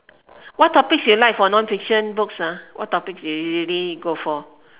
what topics you like for non fiction books ah what topics do you usually go for